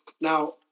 Now